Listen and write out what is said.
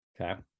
Okay